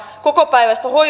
kokopäiväistä